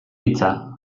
hitza